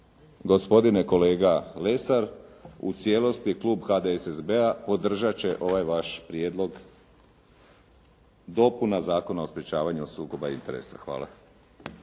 gospodine kolega Lesar, u cijelosti klub HDSSB-a podržati će ovaj vaš prijedlog dopuna Zakona o sprječavanju od sukoba interesa. Hvala.